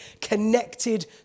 connected